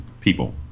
people